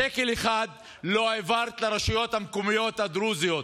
שקל אחד לא העברת לרשויות המקומיות הדרוזיות.